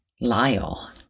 Lyle